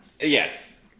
yes